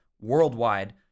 worldwide